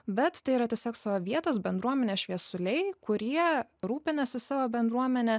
bet tai yra tiesiog savo vietos bendruomenės šviesuliai kurie rūpinasi savo bendruomene